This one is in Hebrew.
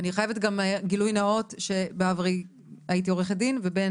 אני חייבת גם גילוי נאות שבעברי הייתי עורכת דין ובין